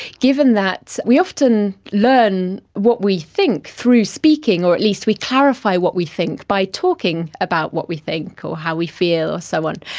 given that we often learn what we think through speaking or at least we clarify what we think by talking about what we think or how we feel and so on.